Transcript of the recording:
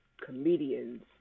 comedians